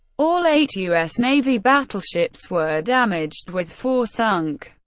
all eight u s. navy battleships were damaged, with four sunk.